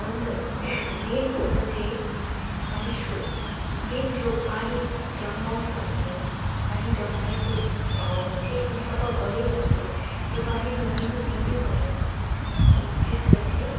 अन्त मेन कुरा चाहिँ हामी सो मेन जो पानी जमाउँछौँ हामी यो पानी जमाएको ठाउँलाई चाहिँ एकदम सफा गरिहाल्नु पऱ्यो त्यो पानी जमिनु दिनै भएन अनि त्यसलाई चाहिँ